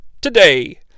today